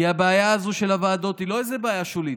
כי הבעיה הזו של הוועדות היא לא איזה בעיה שולית.